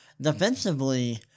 defensively